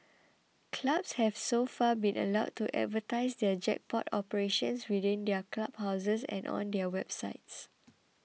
clubs have so far been allowed to advertise their jackpot operations within their clubhouses and on their websites